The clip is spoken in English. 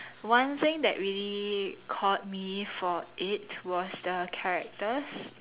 one thing that really caught me for it was the characters